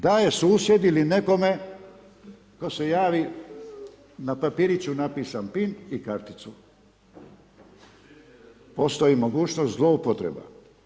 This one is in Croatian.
Daje susjedi ili nekome tko se javi, na papiriću napisan pin i karticu, postoji mogućnost zloupotreba.